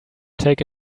take